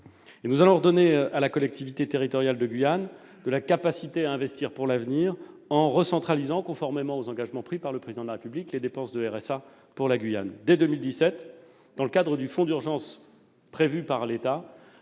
Nous allons redonner à la collectivité territoriale de Guyane de la capacité à investir pour l'avenir en recentralisant, conformément aux engagements pris par le Président de la République, les dépenses de RSA pour la Guyane. Dès 2017, dans le cadre du fonds d'urgence prévu par l'État,